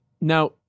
Now